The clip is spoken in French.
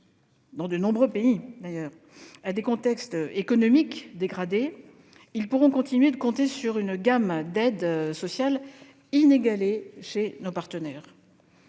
dans de nombreux pays à des contextes économiques dégradés, ils pourront continuer de compter sur une gamme d'aides sociales inégalées chez nos partenaires.